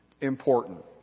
important